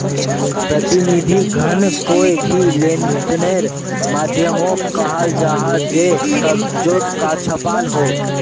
प्रतिनिधि धन कोए भी लेंदेनेर माध्यामोक कहाल जाहा जे कगजोत छापाल हो